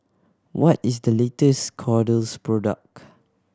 what is the latest Kordel's product